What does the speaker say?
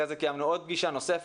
אחרי כן קיימנו פגישה נוספת,